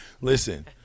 Listen